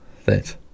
Thanks